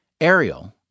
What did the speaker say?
Ariel